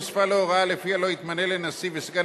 הוספה לו הוראה שלפיה לא יתמנה לנשיא וסגן